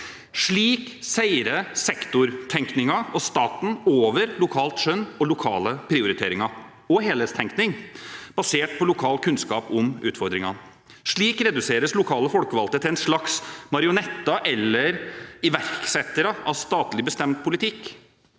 Slik seirer sektortenkningen og staten over lokalt skjønn og lokale prioriteringer – og helhetstenkning – basert på lokal kunnskap om utfordringene. Slik reduseres lokale folkevalgte til noen slags marionetter eller iverksettere av statlig bestemt politikk: